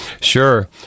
sure